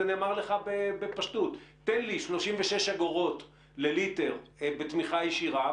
נאמר לך בפשטות: תן לי 36 אגורות לליטר בתמיכה ישירה,